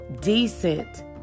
Decent